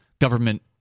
government